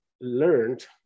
learned